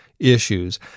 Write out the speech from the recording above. Issues